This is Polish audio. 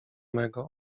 mego